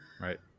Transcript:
Right